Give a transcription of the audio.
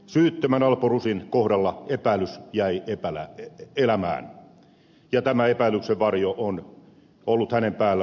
syyttömän alpo rusin kohdalla epäilys jäi elämään ja tämä epäilyksen varjo on ollut hänen päällään vuosikausia